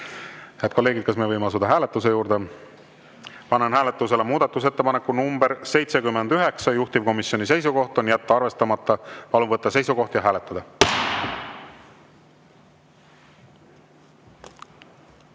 Head kolleegid, kas me võime asuda hääletuse juurde? Panen hääletusele muudatusettepaneku nr 79, juhtivkomisjoni seisukoht on jätta arvestamata. Palun võtta seisukoht ja hääletada!